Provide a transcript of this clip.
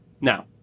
now